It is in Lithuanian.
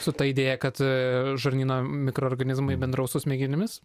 su ta idėja kad žarnyno mikroorganizmai bendraus su smegenimis